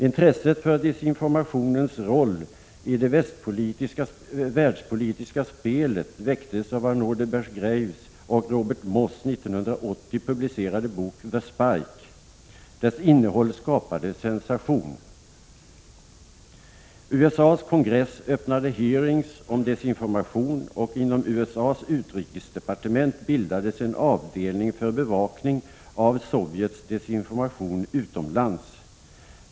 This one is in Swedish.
Intresset för desinformationens roll i det världspolitiska spelet väcktes av Arnaud de Berchgraves och Robert Moss 1980 publicerade bok The Spike. Dess innehåll väckte sensation. USA:s kongress öppnade hearings om desinformation, och inom USA:s utrikesdepartement bildades en avdelning för bevakning av Sovjets desinformation utomlands.